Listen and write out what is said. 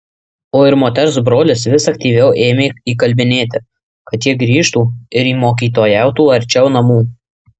o ir moters brolis vis aktyviau ėmė įkalbinėti kad jie grįžtų ir mokytojautų arčiau namų